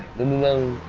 the millennium